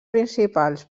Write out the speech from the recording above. principals